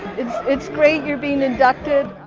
it's great you're being inducted.